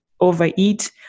overeat